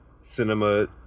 cinema